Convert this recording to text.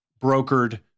brokered